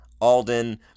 Alden